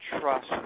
trust